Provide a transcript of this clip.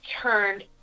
turned